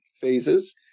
phases